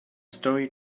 story